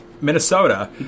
Minnesota